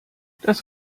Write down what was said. das